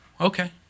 okay